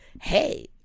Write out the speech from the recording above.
Hey